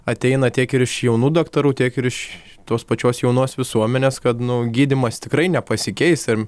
ateina tiek ir iš jaunų daktarų tiek ir iš tos pačios jaunos visuomenės kad nu gydymas tikrai nepasikeis ir